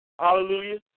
hallelujah